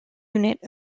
unit